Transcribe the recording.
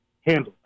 handled